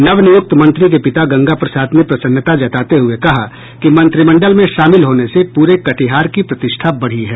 नवनियुक्त मंत्री के पिता गंगा प्रसाद ने प्रसन्नता जताते हुए कहा कि मंत्रिमंडल में शामिल होने से पूरे कटिहार की प्रतिष्ठा बढ़ी है